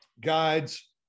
guides